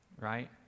Right